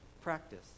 practice